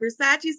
Versace